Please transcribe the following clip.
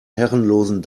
herrenlosen